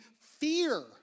fear